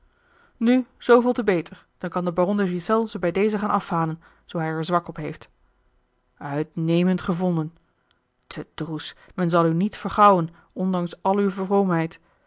nu zooveel te beter dan kan de baron de ghiselles ze bij dezen gaan afhalen zoo hij er zwak op heeft uitnemend gevonden te droes men zal u niet vergauwen a l